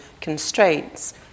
constraints